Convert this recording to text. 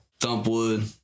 Thumpwood